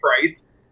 Price